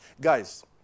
Guys